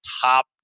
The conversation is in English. top